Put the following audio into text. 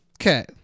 Okay